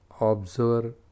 observe